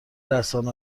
رسانه